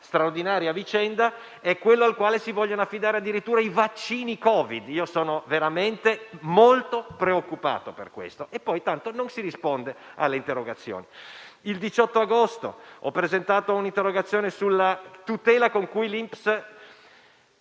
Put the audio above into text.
straordinaria vicenda è lo stesso al quale si vogliono affidare addirittura i vaccini Covid. Io sono veramente molto preoccupato per questo, ma poi tanto non si risponde alle interrogazioni. Il 18 agosto ho presentato l'interrogazione